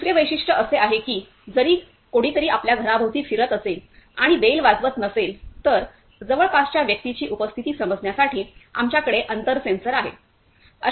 दुसरे वैशिष्ट्य असे आहे की जरी कोणीतरी आपल्या घराभोवती फिरत असेल आणि बेल वाजवत नसेल तर जवळपासच्या व्यक्तीची उपस्थिती समजण्यासाठी आमच्याकडे अंतर सेन्सर आहे